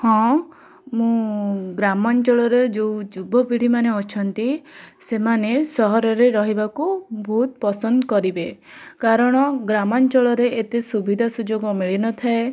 ହଁ ମୁଁ ଗ୍ରାମାଞ୍ଚଳର ଯୋଉ ଯୁବପିଢ଼ିମାନେ ଅଛନ୍ତି ସେମାନେ ସହରରେ ରହିବାକୁ ବହୁତ ପସନ୍ଦକରିବେ କାରଣ ଗ୍ରାମାଞ୍ଚଳରେ ଏତେ ସୁବିଧା ସୁଯୋଗ ମିଳିନଥାଏ